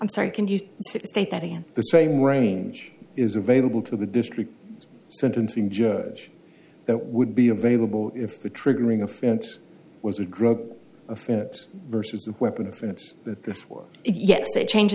in the same range is available to the district sentencing judge that would be available if the triggering offense was a drug offense versus a weapon offense that this was yes that change